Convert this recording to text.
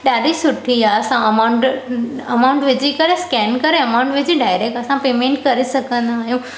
ॾाढी सुठी आहे असां अमाउंट अ अमाउंट विझी करे स्कैन करे अमाउंट विझी डायरेक्ट असां पेमेंट करे सघंदा आहियूं